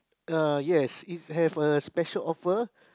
uh yes it have a special offer